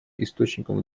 источником